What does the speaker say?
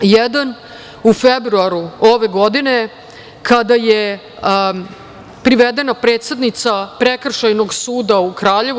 Jedan u februaru ove godine, kada je privedene predsednica Prekršajnog suda u Kraljevu.